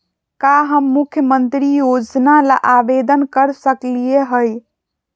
का हम मुख्यमंत्री योजना ला आवेदन कर सकली हई?